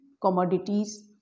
commodities